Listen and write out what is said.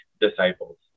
disciples